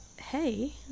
hey